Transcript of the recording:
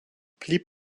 blieb